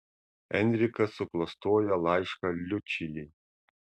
enrikas suklastoja laišką liučijai